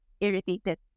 irritated